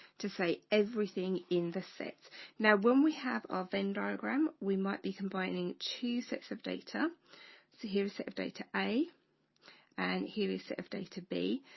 to say everything in the set now when we have our venn diagram we might be combining two sets of data so here a set of data a and here is set of data b.